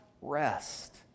rest